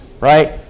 right